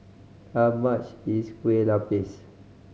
how much is Kueh Lupis